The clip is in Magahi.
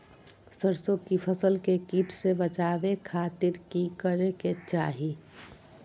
सरसों की फसल के कीट से बचावे खातिर की करे के चाही?